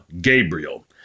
Gabriel